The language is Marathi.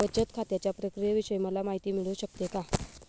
बचत खात्याच्या प्रक्रियेविषयी मला माहिती मिळू शकते का?